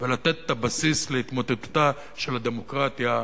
ולתת את הבסיס להתמוטטותה של הדמוקרטיה,